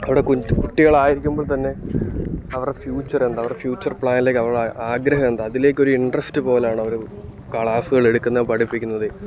അവിടെ കു കുട്ടികളായിരിക്കുമ്പോൾത്തന്നെ അവരുടെ ഫ്യൂച്ചറെന്താ അവരുടെ ഫ്യൂച്ചർ പ്ലാനിലേക്കവരുടെ ആഗ്രഹമെന്താ അതിലേക്കൊരു ഇൻട്രസ്റ്റ് പോലാണവര് കളാസ്സുകളെടുക്കുന്നതും പഠിപ്പിക്കുന്നതും